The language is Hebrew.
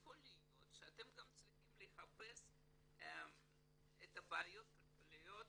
יכול להיות שאתם גם צריכים לחפש בעיות כלכליות